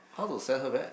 how to send her back